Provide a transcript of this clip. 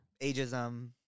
ageism